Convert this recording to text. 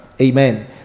Amen